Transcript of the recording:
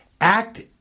Act